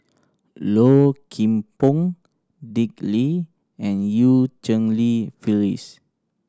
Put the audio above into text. Low Kim Pong Dick Lee and Eu Cheng Li Phyllis